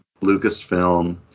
Lucasfilm